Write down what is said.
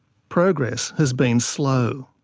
progress has been slow.